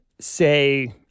say